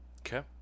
Okay